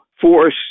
force